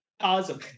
Awesome